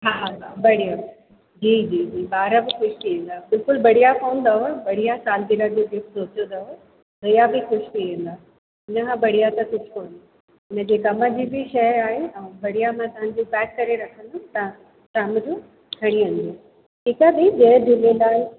हा हा हा बढ़िया जी जी जी ॿार बि ख़ुशि थी वेंदा बिल्कुलु बढ़िया फ़ोन अथव बढ़िया सालगिरह जो गिफ़्ट सोचियो अथव भैया बि ख़ुशि थी वेंदा आहिनि खां बढ़िया त कुझु कोन्हे उन जी कम जी बी शइ आहे ऐं बढ़िया मां तव्हांजो पैक करे रखंदमि तव्हां शाम जो खणी वञिजो ठीकु आहे दी जय झूलेलाल